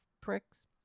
pricks